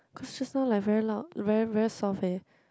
cause just now like very loud very very soft eh